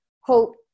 hope